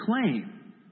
claim